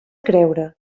creure